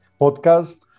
podcast